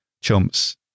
chumps